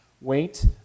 wait